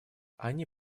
они